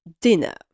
dinner